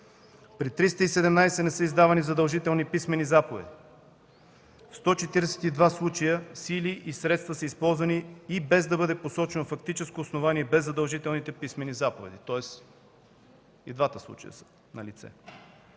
При 317 случаи не са издавани задължителните писмени заповеди, а в 142 случая сили и средства са използвани и без да бъде посочено фактическо основание, без задължителните писмени заповеди. Тоест, и двата случая са налице.